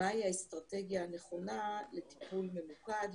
מהי האסטרטגיה הנכונה לטיפול ממוקד,